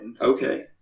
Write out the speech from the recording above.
Okay